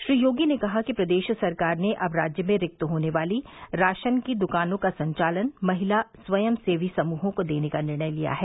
श्री योगी ने कहा कि प्रदेश सरकार ने अब राज्य में रिक्त होने वाली राशन की दुकानों का संचालन महिला स्वयंसेवी समूहों को देने का निर्णय किया है